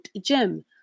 gym